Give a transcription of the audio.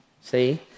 See